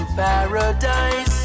paradise